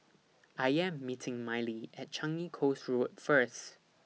I Am meeting Mylee At Changi Coast Road First